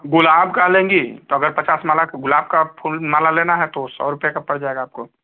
गुलाब का लेंगी तो अगर पचास माला का गुलाब का फूल माला लेना है तो सौ रुपया का पर जाएगा आपको